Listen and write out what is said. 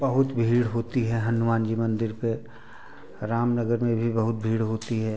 बहुत भीड़ होती है हनुमान जी मंदिर पर रामनगर में भी बहुत भीड़ होती है